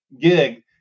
gig